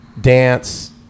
dance